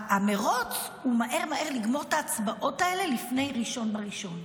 המרוץ הוא מהר מהר לגמור את ההצבעות האלה לפני 1 בינואר.